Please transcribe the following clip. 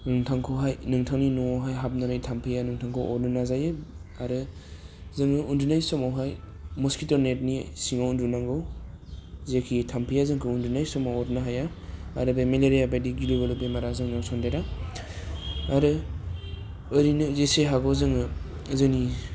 नोंथांखौहाय नोंथांनि न'आवहाय हाबनानै थाम्फैआ नोंथांखौ अरनो नाजायो आरो जोङो उन्दुनाय समावहाय मसकुइथ' नेटनि सिङाव उन्दुनांगौ जेखि थाम्फैआ जोंखौ उन्दुनाय समाव अरनो हाया आरो बे मेलेरिया बादि गिलु बालु बेमारा जोंनियाव सन्देरा आरो ओरैनो जेसे हागौ जोङो जोंनि